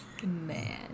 man